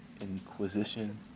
Inquisition